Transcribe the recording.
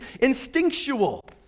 instinctual